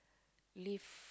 live